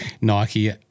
Nike